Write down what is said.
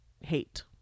hate